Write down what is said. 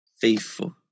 Faithful